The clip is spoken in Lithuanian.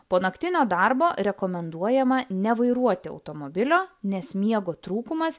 po naktinio darbo rekomenduojama nevairuoti automobilio nes miego trūkumas